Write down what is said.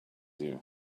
you